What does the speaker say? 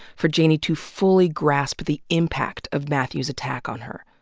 for janey to fully grasp the impact of mathew's attack on her.